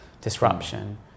disruption